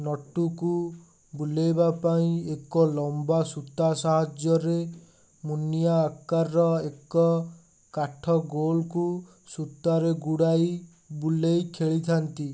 ନଟୁକୁ ବୁଲେଇବା ପାଇଁ ଏକ ଲମ୍ବା ସୂତା ସାହାଯ୍ୟରେ ମୁନିଆ ଆକାର ଏକ କାଠ ଗୋଲ୍କୁ ସୂତାରେ ଗୁଡ଼ାଇ ବୁଲେଇ ଖେଳିଥାନ୍ତି